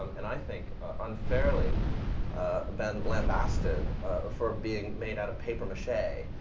um and i think unfairly been lambasted for being made out of papier-mache,